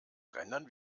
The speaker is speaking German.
rendern